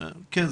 כן,